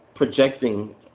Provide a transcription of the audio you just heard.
Projecting